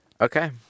Okay